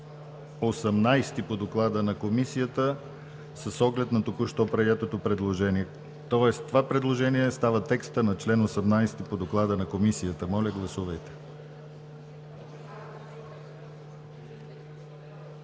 18 по доклада на Комисията, с оглед на току-що приетото предложение, тоест това предложение става текста на чл. 18 по доклада на Комисията. Гласували